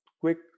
quick